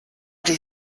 die